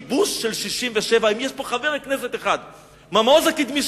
הכיבוש של 67' האם יש פה חבר כנסת אחד מהמעוז הקדמי